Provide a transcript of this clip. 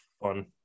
fun